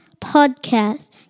podcast